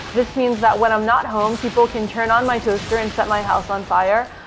this means that when i'm not home, people can turn on my toaster and set my house on fire,